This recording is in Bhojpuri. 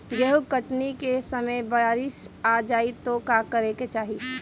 गेहुँ कटनी के समय बारीस आ जाए तो का करे के चाही?